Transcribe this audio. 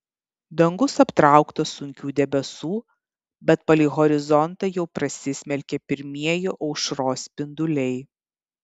dangus aptrauktas sunkių debesų bet palei horizontą jau prasismelkė pirmieji aušros spinduliai